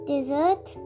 Dessert